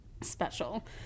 special